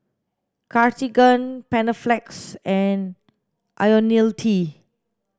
Cartigain Panaflex and Ionil T